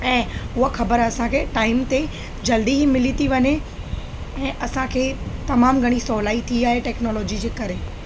ऐं उहा ख़बरु असांखे टाइम ते जल्दी ई मिली थी वञे ऐं असांखे तमामु घणी सहुलाई थी आहे टैक्नोलॉजी जे करे